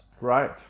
Right